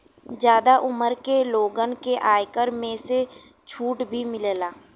जादा उमर के लोगन के आयकर में से छुट भी मिलला